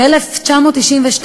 ב-1992,